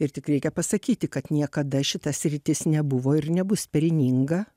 ir tik reikia pasakyti kad niekada šita sritis nebuvo ir nebus pelninga